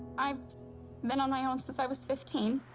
i've been on my own since i was fifteen.